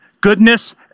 goodness